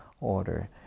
order